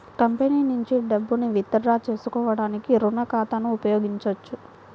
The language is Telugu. కంపెనీ నుండి డబ్బును విత్ డ్రా చేసుకోవడానికి రుణ ఖాతాను ఉపయోగించొచ్చు